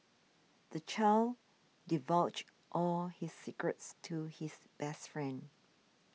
the child divulged all his secrets to his best friend